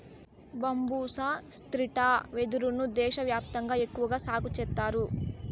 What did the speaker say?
బంబూసా striata వెదురు ను దేశ వ్యాప్తంగా ఎక్కువగా సాగు చేత్తారు